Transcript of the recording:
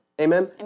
Amen